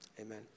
Amen